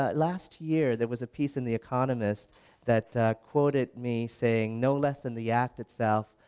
ah last year there was a piece in the economist that quoted me saying no less than the act iself,